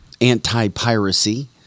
anti-piracy